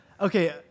Okay